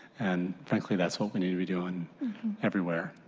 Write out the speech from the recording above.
and frankly that's what we need to be doing everywhere,